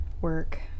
Work